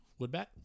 Woodbat